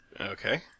okay